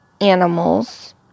animals